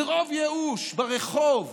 מרוב ייאוש, ברחוב.